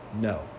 No